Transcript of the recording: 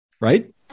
right